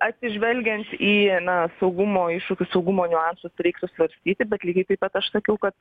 atsižvelgiant į na saugumo iššūkius saugumo niuansus reiktų svarstyti bet lygiai taip pat aš sakiau kad